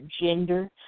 gender